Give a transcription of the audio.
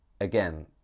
Again